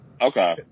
Okay